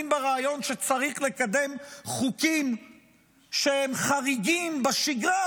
ברעיון שצריך לקדם חוקים שהם חריגים בשגרה,